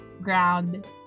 ground